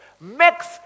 makes